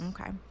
Okay